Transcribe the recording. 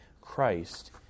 Christ